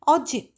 Oggi